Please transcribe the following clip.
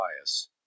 bias